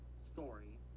story